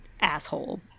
asshole